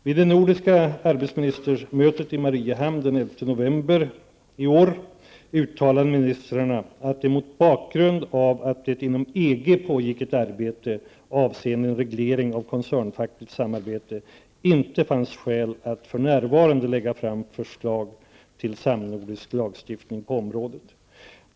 Vid det nordiska arbetsministermötet i Mariehamn den 11 november i år uttalade ministrarna att det mot bakgrund av att det inom EG pågick ett arbete avseende en reglering av koncernfackligt samarbete inte fanns skäl att för närvarande lägga fram förslag till samnordisk lagstiftning på området.